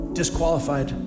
disqualified